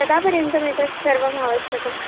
कदा पर्यन्तम् एतत् सर्वम् आवश्यकम्